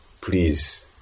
please